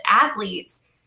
athletes